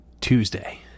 Tuesday